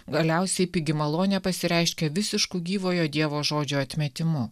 galiausiai pigi malonė pasireiškia visišku gyvojo dievo žodžio atmetimu